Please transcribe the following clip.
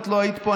לא היית פה,